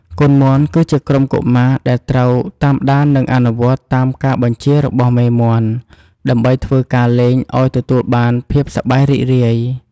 កូនមាន់គឺជាក្រុមកុមារដែលត្រូវតាមដាននិងអនុវត្តតាមការបញ្ជារបស់មេមាន់ ដើម្បីធ្វើការលេងអោយទទួលបានភាពសប្បាយរីករាយ។